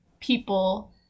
people